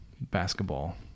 basketball